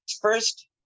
first